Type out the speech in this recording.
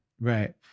Right